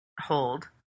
hold